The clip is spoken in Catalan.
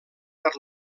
per